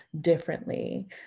differently